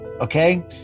Okay